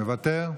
מוותר,